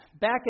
back